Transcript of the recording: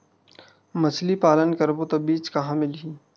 मछरी पालन करबो त बीज कहां मिलही?